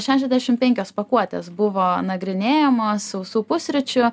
šešiasdešim penkios pakuotės buvo nagrinėjamos sausų pusryčių